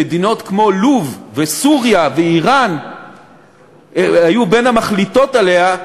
שמדינות כמו לוב וסוריה ואיראן היו בין המחליטות עליה,